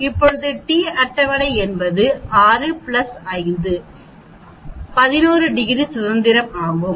இப்போது t அட்டவணை என்பது 6 5 எத்தனை 11 டிகிரி சுதந்திரம் ஆகும்